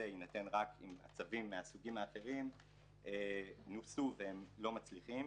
יינתן רק אם הצווים מהסוגים האחרים נוסו והם לא מצליחים.